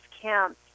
camps